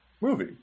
movie